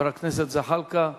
חבר הכנסת זחאלקה,